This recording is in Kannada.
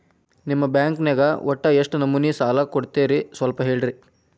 ನಿಮ್ಮ ಬ್ಯಾಂಕ್ ನ್ಯಾಗ ಒಟ್ಟ ಎಷ್ಟು ನಮೂನಿ ಸಾಲ ಕೊಡ್ತೇರಿ ಸ್ವಲ್ಪ ಹೇಳ್ರಿ